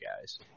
guys